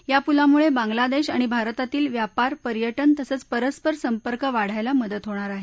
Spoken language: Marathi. या पुलामुळे बांग्लादेश आणि भारतातील व्यापार पर्यटन तसंच परस्पर संपर्क वाढवायला मदत होणार आहे